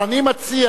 אבל אני מציע,